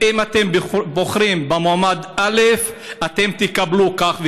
אם אתם בוחרים במועמד א' אתם תקבלו כך וכך,